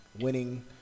winning